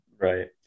right